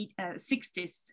1960s